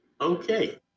okay